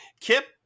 Kip